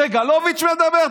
סגלוביץ' מדבר?